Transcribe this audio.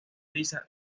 lisa